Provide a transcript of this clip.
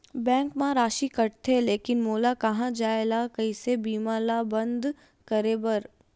Bank मा राशि कटथे लेकिन मोला कहां जाय ला कइसे बीमा ला बंद करे बार?